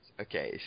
Okay